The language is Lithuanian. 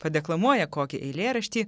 padeklamuoja kokį eilėraštį